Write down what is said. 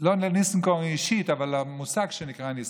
לא לניסנקורן אישית אבל למושג שנקרא ניסנקורן,